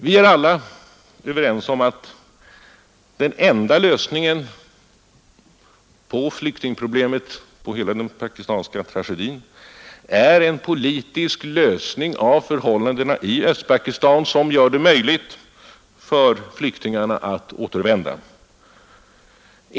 Vi är alla överens om att den enda lösningen på flyktingproblemet — och på hela den pakistanska tragedin — är en politisk lösning av förhållandena i Östpakistan som gör det möjligt för flyktingarna att återvända dit.